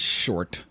short